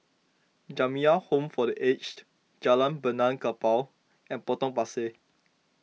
Jamiyah Home for the Aged Jalan Benaan Kapal and Potong Pasir